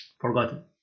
forgotten